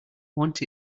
want